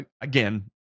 again